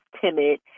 timid